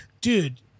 dude